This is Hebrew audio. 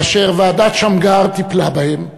ואשר ועדת שמגר טיפלה בהם,